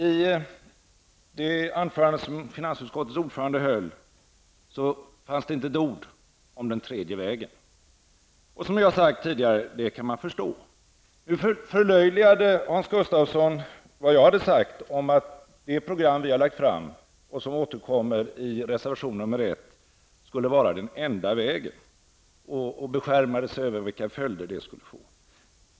I det anförande som finansutskottets ordförande höll fanns det inte ett ord om den tredje vägen. Det kan man förstå, som vi har sagt tidigare. Nu förlöjligade Hans Gustafsson det jag hade sagt om att det program vi har lagt fram, och som återkommer i reservation 1, skulle vara den enda vägen. Han beskärmade sig över vilka följder det skulle få.